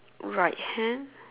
right hand